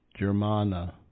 Germana